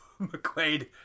McQuaid